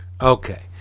Okay